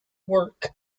work